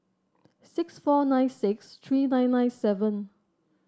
six four nine six three nine nine seven